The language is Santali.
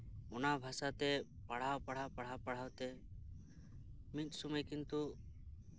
ᱚᱱᱟ ᱵᱷᱟᱥᱟ ᱛᱮ ᱯᱟᱲᱦᱟᱣ ᱯᱟᱲᱦᱟᱣ ᱯᱟᱲᱦᱟᱣᱛᱮ ᱢᱤᱫ ᱥᱚᱢᱚᱭ ᱠᱤᱱᱛᱩ